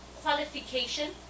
qualification